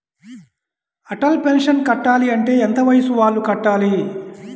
Atal pension కట్టాలి అంటే ఎంత వయసు వాళ్ళు కట్టాలి?